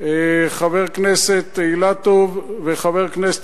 חבר הכנסת אילטוב וחבר הכנסת,